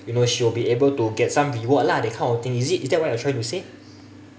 you know she will be able to get some reward lah that kind of thing is that what you're trying to say